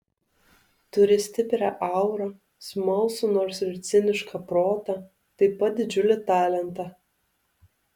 turi stiprią aurą smalsų nors ir cinišką protą taip pat didžiulį talentą